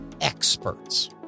Experts